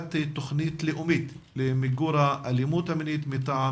הצגת תוכנית לאומית למיגור האלימות המינית מטעם